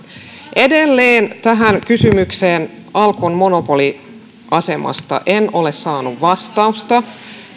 edelleen tähän kysymykseen alkon monopoliasemasta en ole saanut vastausta